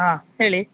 ಹಾಂ ಹೇಳಿ